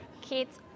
kids